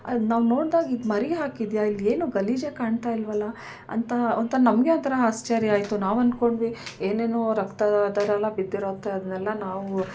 ಅದು ನಾವು ನೋಡ್ದಾಗ ಇದು ಮರಿ ಹಾಕಿದೆಯಾ ಇಲ್ಲೇನೂ ಗಲೀಜೇ ಕಾಣ್ತಾ ಇಲ್ವಲ್ಲಾ ಅಂತ ಒಂಥರ ನಮಗೆ ಒಂಥರ ಆಶ್ಚರ್ಯ ಆಯಿತು ನಾವು ಅನ್ಕೊಂಡ್ವಿ ಏನೇನೋ ರಕ್ತ ಥರಯೆಲ್ಲ ಬಿದ್ದಿರುತ್ತೆ ಅದ್ನೆಲ್ಲಾ ನಾವು